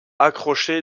accroché